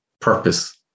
purpose